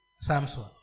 Samson